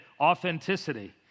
authenticity